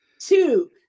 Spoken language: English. Two